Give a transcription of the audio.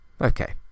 Okay